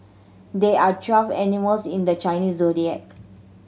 there are twelve animals in the Chinese Zodiac